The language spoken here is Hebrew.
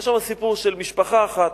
היה שם סיפור של משפחה אחת,